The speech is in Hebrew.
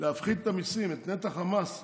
להפחית את המיסים, את נתח המס,